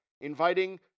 Inviting